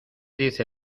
dice